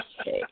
okay